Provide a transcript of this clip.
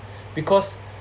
because